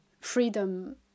freedom